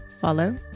follow